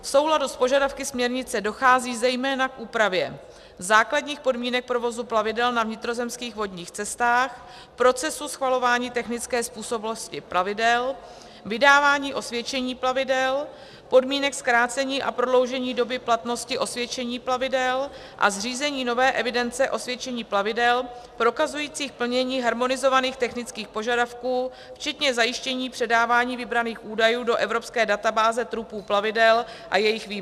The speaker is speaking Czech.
V souladu s požadavky směrnice dochází zejména k úpravě základních podmínek provozu plavidel na vnitrozemských vodních cestách, procesu schvalování technické způsobilosti plavidel, vydávání osvědčení plavidel, podmínek zkrácení a prodloužení doby platnosti osvědčení plavidel a zřízení nové evidence osvědčení plavidel prokazující plnění harmonizovaných technických požadavků včetně zajištění předávání vybraných údajů do evropské databáze trupů plavidel a jejich výmazu.